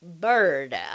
bird